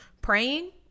Praying